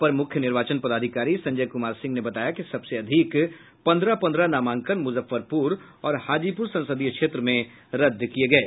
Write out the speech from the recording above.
अपर मुख्य निर्वाचन पदाधिकारी संजय कुमार सिंह ने बताया कि सबसे अधिक पन्द्रह पन्द्रह नामांकन मुजफ्फरपुर और हाजीपुर संसदीय क्षेत्र में रद्द किये गये